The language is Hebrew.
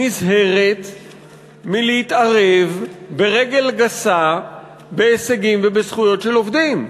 נזהרת מלהתערב ברגל גסה בהישגים ובזכויות של עובדים.